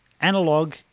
analog